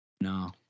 no